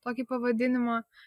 tokį pavadinimą